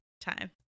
time